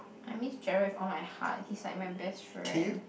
I miss Gerald with all my heart he's like my best friend